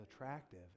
attractive